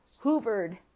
hoovered